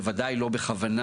בוודאי שלא בכוונה,